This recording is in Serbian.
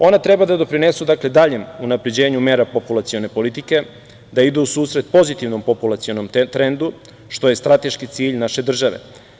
Ona treba da doprinesu daljem unapređenju mera populacione politike, da idu u susret pozitivnom populacionom trendu, što je strateški cilj naše države.